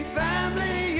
family